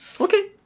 Okay